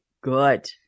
good